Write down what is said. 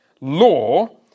Law